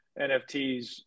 NFTs